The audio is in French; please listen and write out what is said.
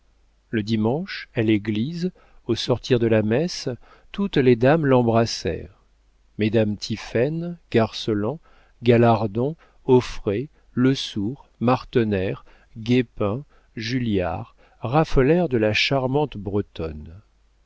le dimanche à l'église au sortir de la messe toutes les dames l'embrassèrent mesdames tiphaine garceland galardon auffray lesourd martener guépin julliard raffolèrent de la charmante bretonne